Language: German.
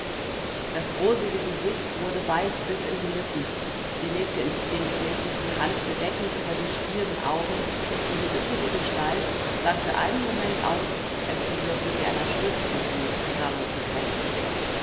das rosige gesicht wurde weiß bis in die lippen sie legte instinktmäßig die hand bedeckend über die stieren augen und die üppige gestalt sah für einen moment aus als bedürfe sie einer stütze um nicht zusammenzubrechen